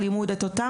את אותו הורה,